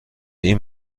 این